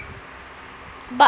but